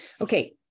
Okay